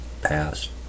past